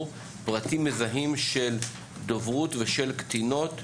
פרטים מזהים של דוברות ושל קטינות,